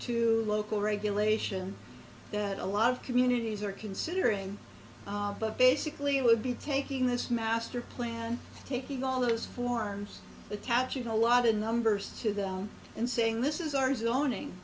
to local regulation that a lot of communities are considering but basically it would be taking this master plan taking all those forms attaching a lot of numbers to them and saying this is our zoning